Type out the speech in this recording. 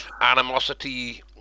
animosity